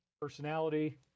Personality